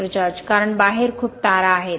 George कारण बाहेर खूप तारा आहेत डॉ